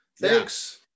thanks